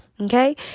Okay